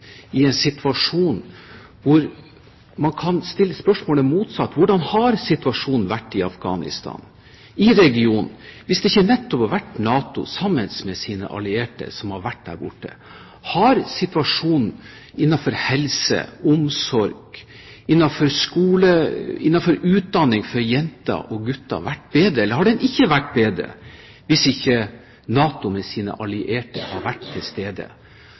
i en situasjon hvor man kan stille det motsatte spørsmålet: Hvordan hadde situasjonen vært i Afghanistan-regionen hvis det ikke hadde vært for at nettopp NATO, sammen med sine allierte, har vært der borte? Har situasjonen innenfor helse, omsorg, skole og utdanning for jenter og gutter blitt bedre eller ikke bedre fordi NATO med sine allierte har vært til stede?